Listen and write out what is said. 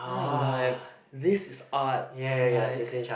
now I like this is art like